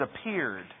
appeared